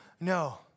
no